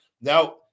Now